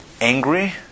angry